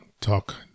talk